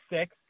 six